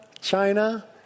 China